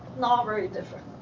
ah very different.